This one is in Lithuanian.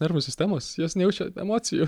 nervų sistemos jos nejaučia emocijų